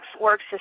works